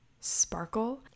sparkle